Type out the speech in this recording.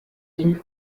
ihm